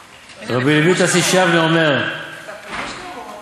"רבי לויטס איש יבנה אומר" את הפירוש או רק,